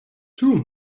two